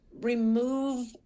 remove